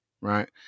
right